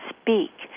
speak